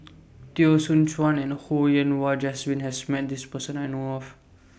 Teo Soon Chuan and Ho Yen Wah Jesmine has Met This Person I know of